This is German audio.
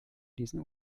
diesen